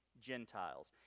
Gentiles